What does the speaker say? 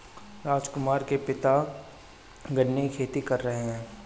राजकुमार के पिता गन्ने की खेती कर रहे हैं